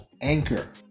Anchor